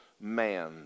man